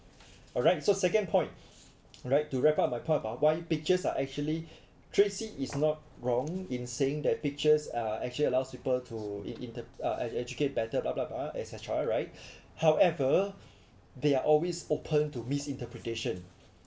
alright so second point alright to wrap up my part about why pictures are actually tracy is not wrong in saying that pictures are actually allows people to in in the uh uh educate better blah blah et cetera right however they are always open to misinterpretation